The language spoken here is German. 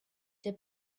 der